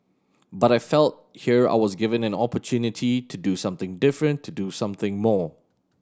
but I felt here I was given an opportunity to do something different to do something more